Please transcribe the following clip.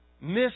miss